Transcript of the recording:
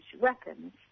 weapons